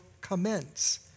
commence